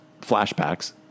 flashbacks